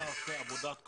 אתה עושה עבודת קודש.